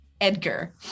Edgar